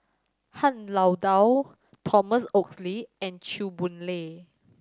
Han Lao Da Thomas Oxley and Chew Boon Lay